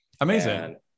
Amazing